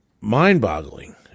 mind-boggling